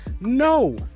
No